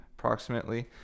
approximately